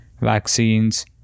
vaccines